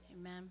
Amen